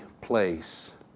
place